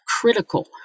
critical